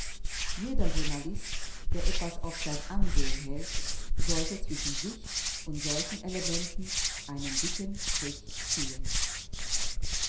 jeder journalist der etwas auf sein ansehen hält sollte zwischen sich und solchen elementen einen dicken strich ziehen